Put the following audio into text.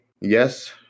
yes